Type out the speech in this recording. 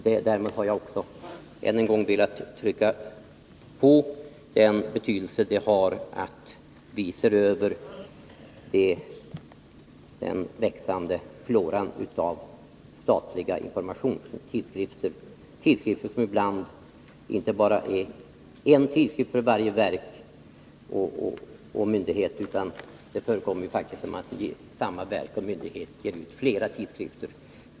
Därmed har jag än en gång velat trycka på den betydelse det har att vi ser över den växande floran av statliga informationstidskrifter. Det utges ibland inte bara en tidskrift för varje verk och myndighet, utan det förekommer faktiskt att samma verk eller myndighet ger ut flera tidskrifter.